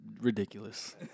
ridiculous